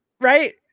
right